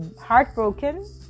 heartbroken